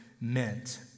meant